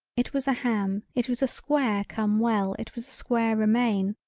it was a ham it was a square come well it was a square remain,